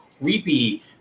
creepy